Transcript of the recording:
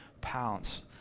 pounce